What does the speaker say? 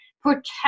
protect